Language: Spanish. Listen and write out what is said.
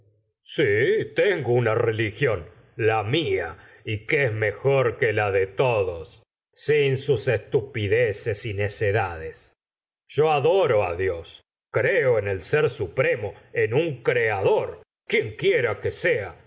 si tengo una religión la mía y que es mejor que la de todos sin sus estupideces y necedades yo adoro dios creo en el sér supremo en un creador quien quiera que sea